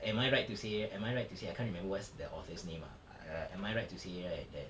am I right to say am I right to say I can't remember what's the author's name ah err am I right to say right that